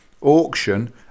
auction